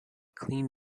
clean